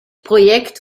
projekt